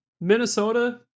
Minnesota